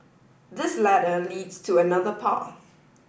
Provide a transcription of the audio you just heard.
this ladder leads to another path